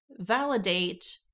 validate